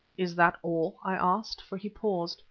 is that all? i asked, for he paused.